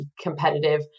competitive